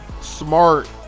Smart